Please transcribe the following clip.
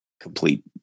complete